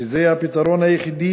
שזה הפתרון היחיד,